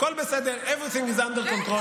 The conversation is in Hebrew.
הכול בסדר, Everything is under control.